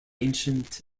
ancient